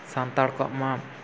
ᱥᱟᱱᱛᱟᱲ ᱠᱚᱣᱟᱜ ᱢᱟ